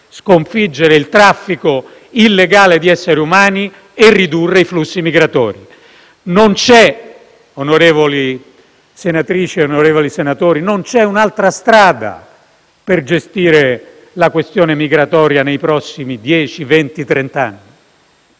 sconfiggere il traffico illegale di esseri umani e ridurre i flussi migratori. Onorevoli senatrici e senatori, non c'è un'altra strada per gestire la questione migratoria nei prossimi dieci, venti